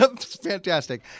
Fantastic